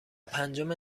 پنجم